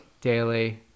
Daily